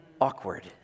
awkward